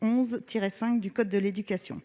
911-5 du code de l'éducation.